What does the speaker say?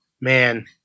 Man